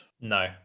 no